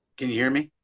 can you hear me?